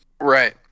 right